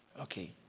okay